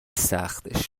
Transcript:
سختش